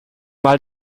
mal